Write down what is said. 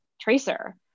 tracer